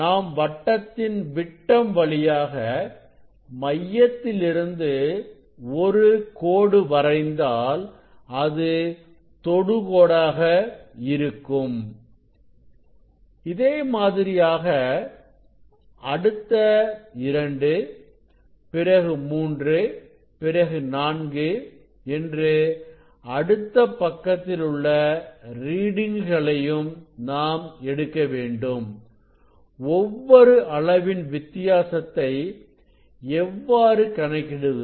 நாம் வட்டத்தின் விட்டம் வழியாக மையத்திலிருந்து ஒரு கோடு வரைந்தால் அது தொடு கோடாக இருக்கும் இதே மாதிரி ஆக அடுத்த 2 பிறகு3 பிறகு4 என்று அடுத்த பக்கத்தில் உள்ள ரீடிங் களையும் நாம் எடுக்க வேண்டும் ஒவ்வொரு அளவின் வித்தியாசத்தை எப்படி கணக்கிடுவது